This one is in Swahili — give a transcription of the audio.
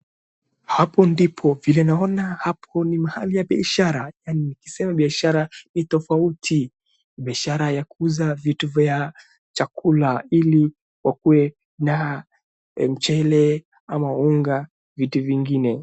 Hapo ndipo vile naona hapo ni mahali ya biashara yaani nikisema biashara ni tofauti biashara ya kuuza vitu vya chakula ili wakuwe na mchele ama unga vitu vingine